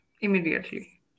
immediately